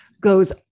goes